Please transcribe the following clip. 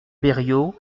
berrios